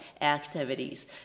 activities